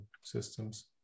systems